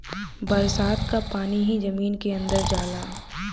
बरसात क पानी ही जमीन के अंदर जाला